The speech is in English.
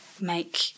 make